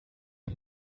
him